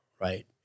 Right